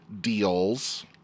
deals